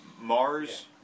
Mars